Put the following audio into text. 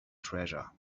treasure